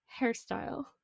hairstyle